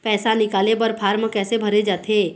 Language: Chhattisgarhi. पैसा निकाले बर फार्म कैसे भरे जाथे?